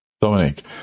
Dominic